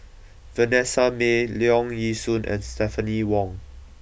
Vanessa Mae Leong Yee Soo and Stephanie Wong